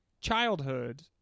childhood